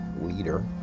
leader